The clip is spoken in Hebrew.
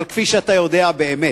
אבל כפי שאתה יודע באמת.